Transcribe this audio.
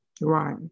Right